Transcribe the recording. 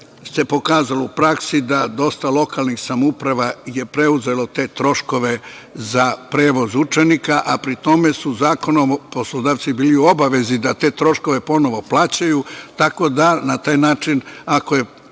se pokazalo u praksi da dosta lokalnih samouprava je preuzelo te troškove za prevoz učenika, a pri tome su zakonom poslodavci bili u obavezi da te troškove ponovo plaćaju, tako da na taj način, ako je